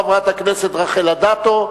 חברת הכנסת רחל אדטו,